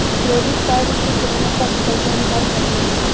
Credit card से केतना तक पइसा निकाल सकिले?